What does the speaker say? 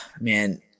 man